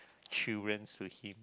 children to him